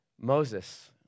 Moses